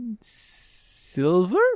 Silver